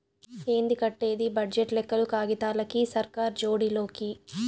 ఏంది కట్టేది బడ్జెట్ లెక్కలు కాగితాలకి, సర్కార్ జోడి లోకి